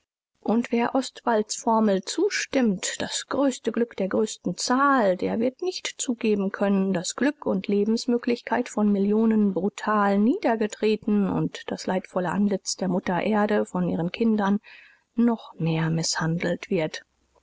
und wer ostwalds formel zustimmt das größte glück der größten zahl der wird nicht zugeben können daß glück u lebensmöglichkeit von millionen brutal niedergetreten u das leidvolle antlitz der mutter erde von ihren kindern noch mehr mißhandelt wird